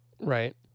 Right